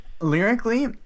Lyrically